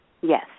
Yes